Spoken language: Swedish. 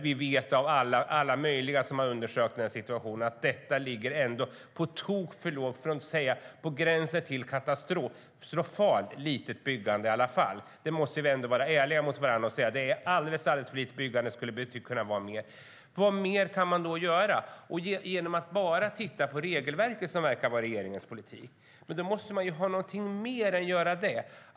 Vi vet av alla möjliga undersökningar som gjorts att byggandet är på tok för lågt, för att inte säga på gränsen till katastrofalt. Vi måste vara ärliga mot varandra och säga att byggandet är alldeles för lågt. Vad mer kan man då göra? Att bara titta på regelverket tycks vara regeringens politik, men man måste göra mer än det.